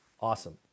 awesome